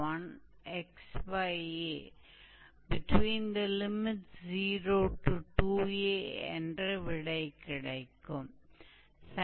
और जब हम 𝑥 2𝑥 प्रतिस्थापित करते हैं और x a के रूप में तब यह बदलकर हो जाएगा